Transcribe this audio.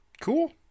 Cool